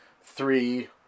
three